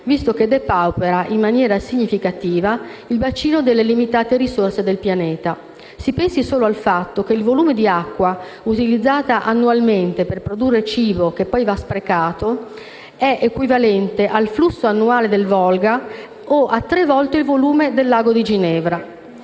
visto che depaupera in maniera significativa il bacino delle limitate risorse del pianeta. Si pensi solo al fatto che il volume di acqua utilizzata annualmente per produrre cibo che poi va sprecato è equivalente al flusso annuale del Volga o a tre volte il volume del lago di Ginevra.